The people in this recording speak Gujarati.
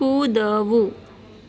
કૂદવું